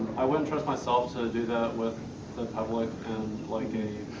i wouldn't trust myself to do that with the public and like a,